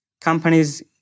companies